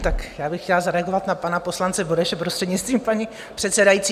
Tak já bych chtěla zareagovat na pana poslance Bureše, prostřednictvím paní předsedající.